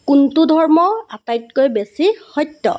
কোনটো ধৰ্ম আটাইতকৈ বেছি সত্য